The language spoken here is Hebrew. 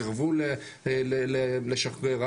סירבו לשחרר.